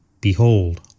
Behold